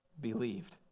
believed